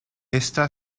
esta